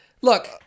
Look